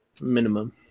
minimum